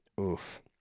Oof